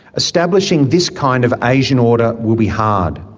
establishing this kind of asian order will be hard.